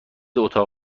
اتاق